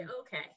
Okay